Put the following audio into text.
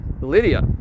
Lydia